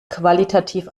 qualitativ